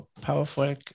powerful